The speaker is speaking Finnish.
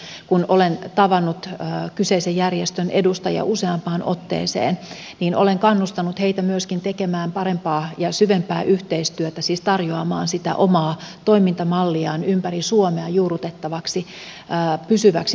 ja kun olen tavannut kyseisen järjestön edustajia useampaan otteeseen niin olen kannustanut heitä myöskin tekemään parempaa ja syvempää yhteistyötä siis tarjoamaan sitä omaa toimintamalliaan ympäri suomea juurrutettavaksi pysyväksi toimintamuodoksi